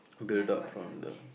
oh-my-god ya